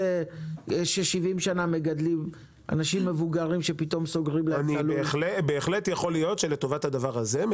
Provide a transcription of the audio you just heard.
נגד אלה שסוגרים להם את הלולים עכשיו?